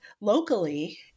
locally